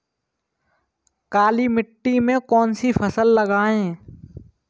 काली मिट्टी में कौन सी फसल लगाएँ?